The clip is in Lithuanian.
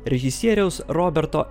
režisieriaus roberto